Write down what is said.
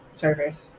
service